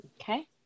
Okay